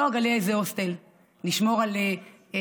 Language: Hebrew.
לא אגלה איזה הוסטל, נשמור על כבודו.